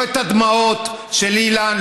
לא את הדמעות של אילן,